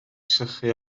sychu